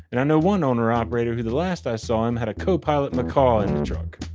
and i know one owner-operator who the last i saw him had a copilot macaw in the truck.